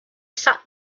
sat